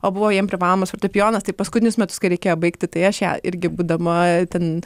o buvo jiem privalomas fortepijonas tai paskutinius metus kai reikėjo baigti tai aš ją irgi būdama ten